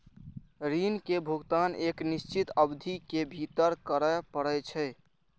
ऋण के भुगतान एक निश्चित अवधि के भीतर करय पड़ै छै